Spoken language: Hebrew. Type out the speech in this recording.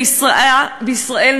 בישראל,